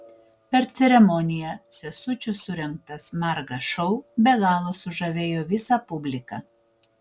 per ceremoniją sesučių surengtas margas šou be galo sužavėjo visą publiką